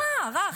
רע, רע.